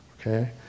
Okay